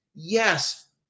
Yes